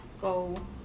go